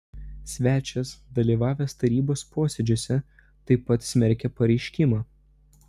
svečias dalyvavęs tarybos posėdžiuose taip pat smerkia pareiškimą